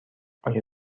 آیا